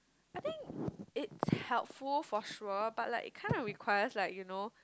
I think it's helpful for sure but like it kind of requires like you know